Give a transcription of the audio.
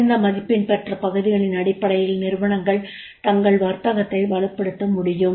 உயர்ந்த மதிப்பெண் பெற்ற பகுதிகளின் அடிப்படையில் நிறுவனங்கள் தங்கள் வர்த்தகத்தை வலுப்படுத்த முடியும்